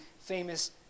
famous